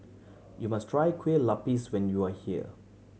you must try Kueh Lupis when you are here